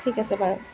ঠিক আছে বাৰু